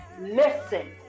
listen